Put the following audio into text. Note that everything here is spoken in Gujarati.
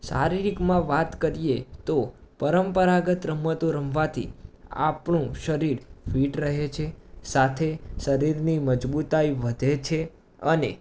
શારીરિકમાં વાત કરીએ તો પરંપરાગત રમતો રમવાથી આપણું શરીર ફિટ રહે છે સાથે શરીરની મજબૂતાઈ વધે છે અને